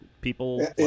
people